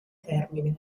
termine